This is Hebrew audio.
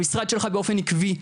המשרד שלך באופן עקבי,